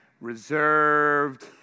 reserved